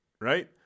Right